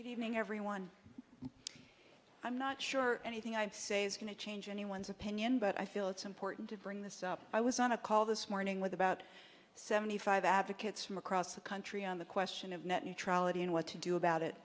good evening everyone i'm not sure anything i say is going to change anyone's opinion but i feel it's important to bring this up i was on a call this morning with about seventy five advocates from across the country on the question of net neutrality and what to do about it